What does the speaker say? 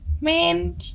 Man